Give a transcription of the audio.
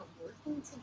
working